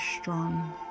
strong